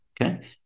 Okay